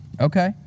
Okay